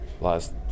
last